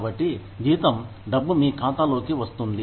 కాబట్టి జీతం డబ్బు మీ ఖాతాలోకి వస్తుంది